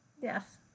yes